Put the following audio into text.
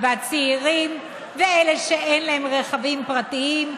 והצעירים ואלה שאין להם רכבים פרטיים,